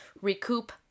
recoup